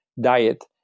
diet